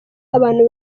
abantu